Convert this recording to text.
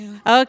Okay